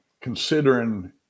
considering